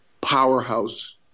powerhouse